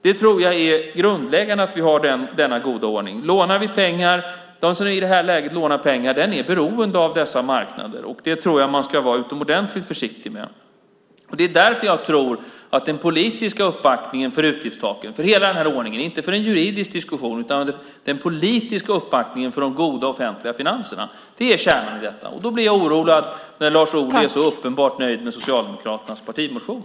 Jag tror att det är grundläggande att vi har denna goda ordning. Den som i det här läget lånar pengar är beroende av dessa marknader, och det tror jag att man ska vara utomordentligt försiktig med. Det är därför jag tror att den politiska uppbackningen för utgiftstaken, för hela den här ordningen, inte för en juridisk diskussion utan den politiska uppbackningen för de goda offentliga finanserna, är kärnan i detta. Då blir jag orolig när Lars Ohly är så uppenbart nöjd med Socialdemokraternas partimotion.